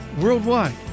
worldwide